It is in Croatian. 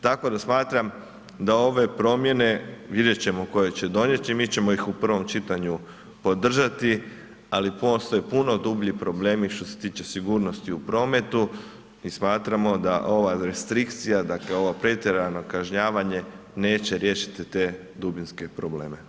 Tako da smatram da ove promjene, vidjet ćemo koje će donijeti, mi ćemo ih u prvom čitanju podržati, ali postoje puno dublji problemi što se tiče sigurnosti u prometu i smatramo da ova restrikcija dakle ovo pretjerano kažnjavanje neće riješiti te dubinske probleme.